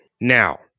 Now